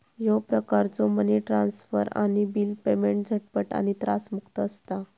ह्यो प्रकारचो money transfer आणि बिल पेमेंट झटपट आणि त्रासमुक्त असता